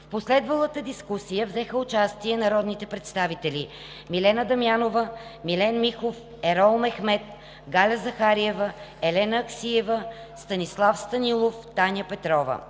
В последвалата дискусия взеха участие народните представители: Милена Дамянова, Милен Михов, Ерол Мехмед, Галя Захариева, Елена Аксиева, Станислав Станилов, Таня Петрова.